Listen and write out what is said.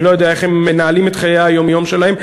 אני לא יודע איך הם מנהלים את חיי היום-יום שלהם.